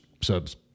subs